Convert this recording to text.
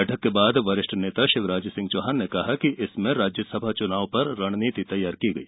बैठक के बाद वरिष्ठ नेता शिवराज सिंह चौहान ने कहा कि इसमें राज्यसभा चुनाव पर रणनीति तैयार की गई